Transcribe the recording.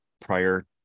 prior